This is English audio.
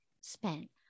spent